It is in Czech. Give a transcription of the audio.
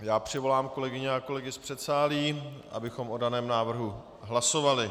Já přivolám kolegyně a kolegy z předsálí, abychom o daném návrhu hlasovali.